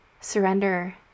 surrender